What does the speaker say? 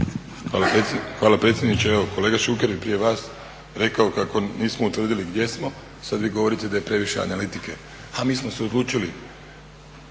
Hvala predsjedniče. Evo kolega Šuker je prije vas rekao kako nismo utvrdili gdje smo, a sad vi govorite da je previše analitike. A mi smo se odlučili